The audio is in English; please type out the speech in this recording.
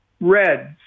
reds